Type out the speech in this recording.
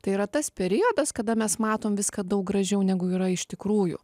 tai yra tas periodas kada mes matom viską daug gražiau negu yra iš tikrųjų